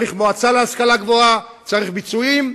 צריך מועצה להשכלה גבוהה, צריך ביצועים.